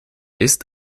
ist